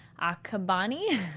Akabani